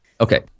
Okay